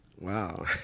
Wow